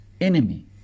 enemy